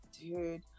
dude